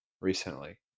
recently